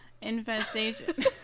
Infestation